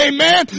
Amen